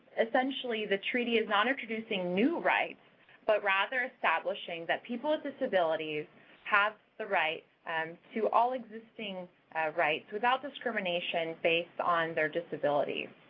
essentially, the treaty is not introducing new rights but, rather, establishing people with disabilities have the rights um to all existing rights without discrimination based on their disability.